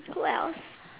who else